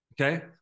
okay